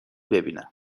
ببینم